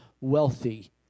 wealthy